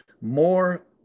More